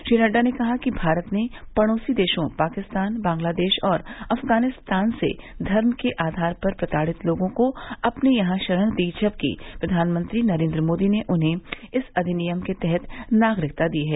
श्री नड्डा ने कहा कि भारत ने पड़ोसी देशों पाकिस्तान बांग्लादेश और अफगानिस्तान से धर्म के आधार पर प्रताड़ित लोगों को अपने यहां शरण दी जबकि प्रधानमंत्री नरेन्द्र मोदी ने उन्हें इस अधिनियम के तहत नागरिकता दी है